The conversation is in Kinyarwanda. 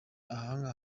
ahaa